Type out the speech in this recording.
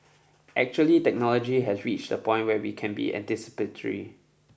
actually technology has reached a point where we can be anticipatory